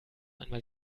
einmal